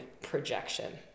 projection